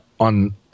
on